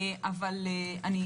זה